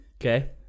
okay